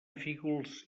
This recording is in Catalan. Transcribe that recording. fígols